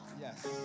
Yes